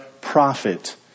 prophet